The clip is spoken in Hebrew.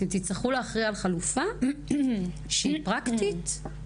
אתם תצטרכו להכריע על חלופה שהיא פרקטית,